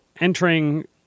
entering